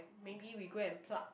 maybe we go and pluck